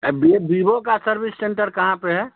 अब विवो का service centre कहाँ पर है